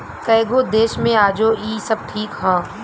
कएगो देश मे आजो इ सब ठीक ह